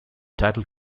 title